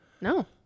No